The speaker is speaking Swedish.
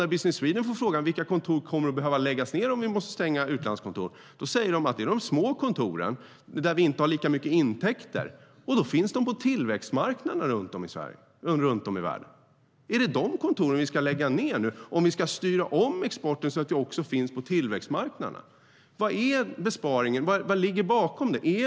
När Business Sweden får frågan vilka utlandskontor som kommer att behöva läggas ned säger man att det är de små kontoren där man inte har lika mycket intäkter. De finns på tillväxtmarknaderna runt om i världen. Är det de kontoren vi nu ska lägga ned om vi ska styra om exporten så att vi också finns på tillväxtmarknaderna? Vad ligger bakom denna besparing?